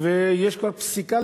ויש כבר פסיקה,